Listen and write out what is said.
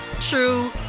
true